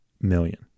million